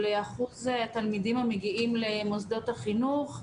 אחוז התלמידים המגיעים למוסדות החינוך.